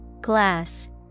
Glass